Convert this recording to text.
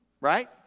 Right